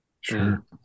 Sure